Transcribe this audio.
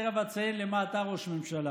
תכף אציין למה אתה ראש ממשלה,